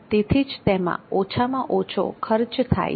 તેથી જ તેમાં ઓછામાં ઓછો ખર્ચ થાય છે